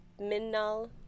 Minnal